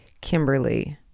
kimberly